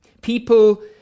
People